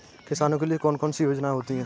किसानों के लिए कौन कौन सी योजनायें होती हैं?